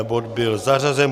Bod byl zařazen.